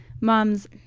Mom's